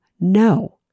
no